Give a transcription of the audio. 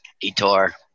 Detour